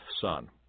son